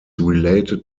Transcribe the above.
related